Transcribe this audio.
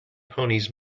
ponies